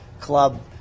club